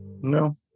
No